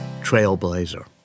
trailblazer